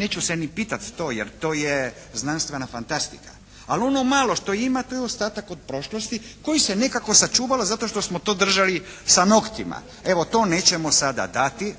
Neću se ni pitati to jer to je znanstvena fantastika. Ali ono malo što ima to je ostatak od prošlosti koji se je nekako sačuvao zato što smo to držali sa noktima. Evo to nećemo sada dati.